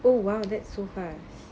oh !wow! that's so far